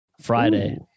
Friday